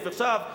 ועכשיו,